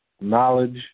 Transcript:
knowledge